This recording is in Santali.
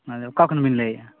ᱟᱫᱚ ᱚᱠᱟ ᱠᱷᱚᱱ ᱵᱮᱱ ᱞᱟᱹᱭᱮᱜᱼᱟ